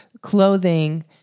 clothing